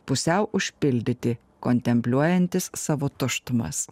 pusiau užpildyti kontempliuojantys savo tuštumas